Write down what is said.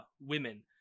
women